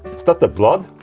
is that the blood?